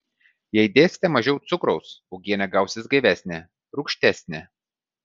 jei dėsite mažiau cukraus uogienė gausis gaivesnė rūgštesnė